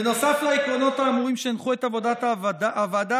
בנוסף לעקרונות האמורים שהנחו את עבודת הוועדה,